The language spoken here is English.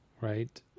right